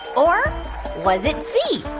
or was it c,